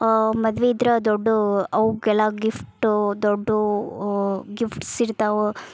ಮದ್ವೆ ಇದ್ರೆ ದೊಡ್ಡ ಅವಕ್ಕೆಲ್ಲ ಗಿಫ್ಟು ದೊಡ್ಡ ಗಿಫ್ಟ್ಸ್ ಇರ್ತವೆ